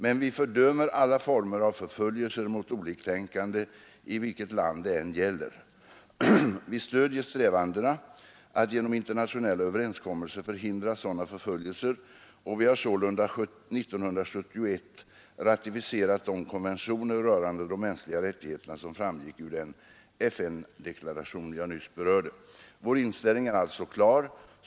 Men vi fördömer alla former av förföljelser mot oliktänkande i vilket land det än gäller. Vi stöder strävandena att genom internationella överenskommelser förhindra sådana förföljelser och vi har sålunda 1971 ratificerat de konventioner rörande de mänskliga rättigheterna som framgick ur den FN-deklaration jag nyss berörde. Vår inställning är alltså klar.